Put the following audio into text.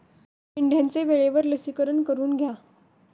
मेंढ्यांचे वेळेवर लसीकरण करून घ्या